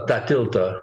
tą tiltą